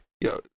Yo